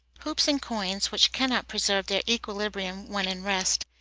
hoops and coins, which cannot preserve their equilibrium when in rest,